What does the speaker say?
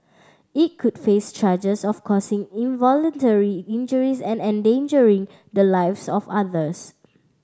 it could face charges of causing involuntary injuries and endangering the lives of others